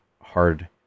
hard